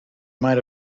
might